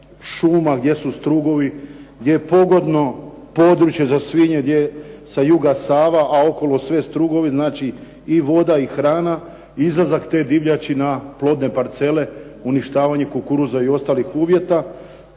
šuma, gdje su strugovi, gdje je pogodno područje za svinje, gdje je sa juga Sava, a okolo sve strugovi, znači i voda i hrana, izlazak te divljači na plodne parcele, uništavanje kukuruza i ostalih uvjeta